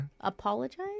apologize